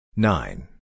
Nine